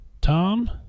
Tom